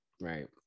right